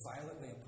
violently